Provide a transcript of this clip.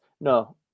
No